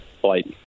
flight